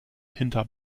hinter